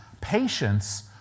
patience